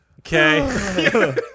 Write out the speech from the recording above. Okay